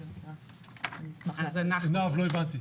לא,